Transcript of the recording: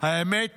--- האמת